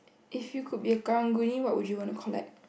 if you could be a karang guni what would you want to collect